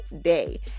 day